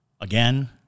again